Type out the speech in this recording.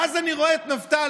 ואז אני רואה את נפתלי,